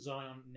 Zion